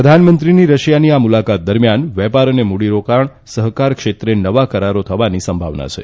પ્રધાનમંત્રીની રશિયાની આ મુલાકાત દરમિયાન વેપાર અને મૂડીરોકાણ સહકાર ક્ષેત્રે નવા કરારો થવાની સંભાવના છે